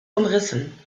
umrissen